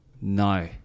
No